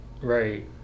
Right